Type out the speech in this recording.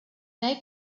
they